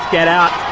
get out'.